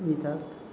मिळतात